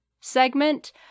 segment